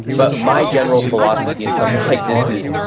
but my general philosophy in something like this is,